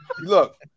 look